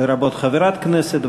לרבות חברת כנסת,